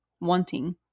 wanting